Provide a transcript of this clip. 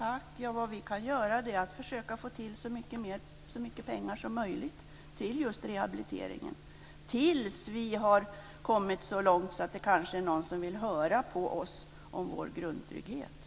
Fru talman! Vad vi kan göra är att försöka få fram så mycket pengar som möjligt till rehabiliteringen till dess att vi kommit så långt att någon kanske vill höra på vad vi vill i frågan om grundtryggheten.